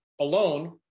alone